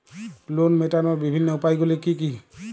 Loan মেটানোর বিভিন্ন উপায়গুলি কী কী?